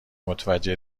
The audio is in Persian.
متوجه